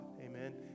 Amen